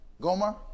Goma